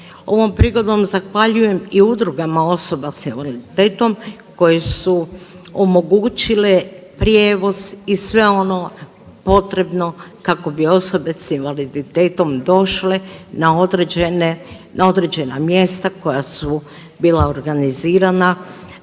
Ovom prigodom zahvaljujem i udrugama osobama s invaliditetom koje su omogućile prijevoz i sve ono potrebno kako bi osobe s invaliditetom došle na određena mjesta koja su bila organizirana